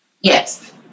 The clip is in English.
Yes